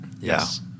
Yes